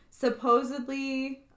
supposedly